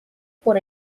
por